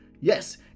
Yes